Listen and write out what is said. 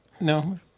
No